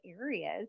areas